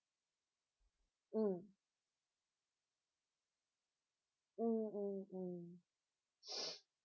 mm mm mm mm